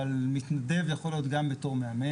אבל מתנדב זה יכול להיות גם בתור מאמן,